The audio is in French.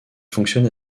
fonctionne